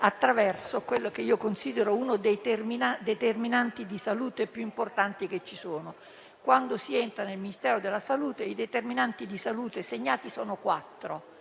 attraverso quello che io considero uno dei determinanti di salute più importanti che ci sono. Quando si entra nel Ministero della salute, i determinanti di salute evidenziati sono quattro